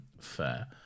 fair